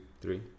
three